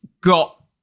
got